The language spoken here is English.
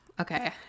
okay